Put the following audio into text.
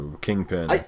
Kingpin